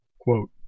quote